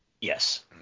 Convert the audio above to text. Yes